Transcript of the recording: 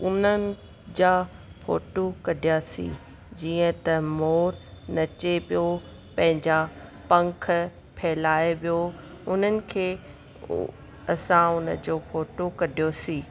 उन्हनि जा फ़ोटू कढियासीं जीअं त मोरु नचे पियो पंहिंजा पंख फ़हिलाए वियो उन्हनि खे हू असां उन्हनि जो फ़ोटो कढियोसीं